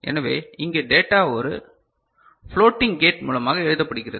எனவே இங்கே டேட்டா ஒரு ஃப்ளோட்டிங் கேட் மூலமாக எழுதப்படுகிறது